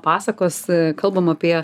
pasakos kalbam apie